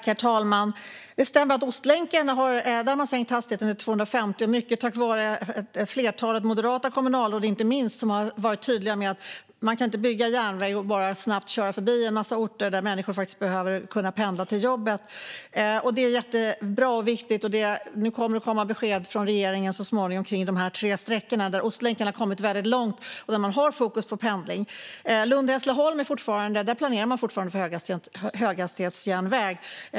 Herr talman! Det stämmer att hastigheten på Ostlänken har sänkts till 250, mycket tack vare att ett flertal moderata kommunalråd har varit tydliga med att man inte kan bygga järnväg och bara snabbt köra förbi en massa orter där det bor människor som behöver kunna pendla till jobbet. Det är jättebra och viktigt. Det kommer besked från regeringen om de tre sträckorna så småningom. När det gäller Ostlänken har man kommit långt och har fokus på pendling. När det gäller Lund-Hässleholm planerar man fortfarande för höghastighetsjärnväg.